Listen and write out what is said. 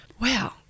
wow